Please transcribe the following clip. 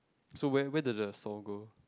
so where where did the saw go